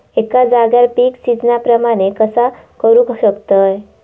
एका जाग्यार पीक सिजना प्रमाणे कसा करुक शकतय?